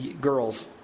girls